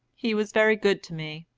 he was very good to me,